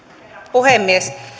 puhemies